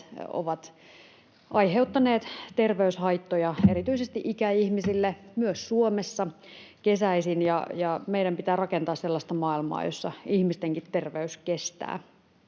ovat aiheuttaneet terveyshaittoja erityisesti ikäihmisille, myös Suomessa kesäisin. Meidän pitää rakentaa sellaista maailmaa, jossa ihmistenkin terveys kestää.